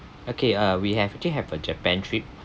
okay uh we have actually have a japan trip